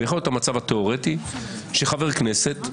ויכול להיות מצב תיאורטי שחבר כנסת,